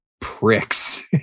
pricks